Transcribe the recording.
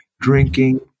drinking